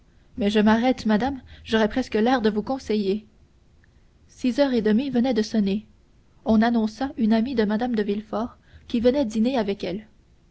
mais je m'arrête madame j'aurais presque l'air de vous conseiller six heures et demie venaient de sonner on annonça une amie de mme de villefort qui venait dîner avec elle